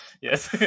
Yes